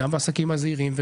גם בעסקים הזעירים,